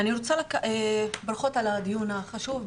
ברכות על הדיון החשוב.